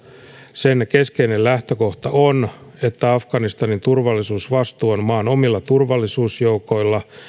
sen keskeinen lähtökohta on että afganistanin turvallisuusvastuu on maan omilla turvallisuusjoukoilla